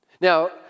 Now